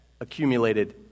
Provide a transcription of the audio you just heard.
accumulated